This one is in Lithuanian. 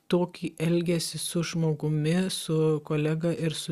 tokį elgesį su žmogumi su kolega ir su